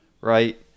right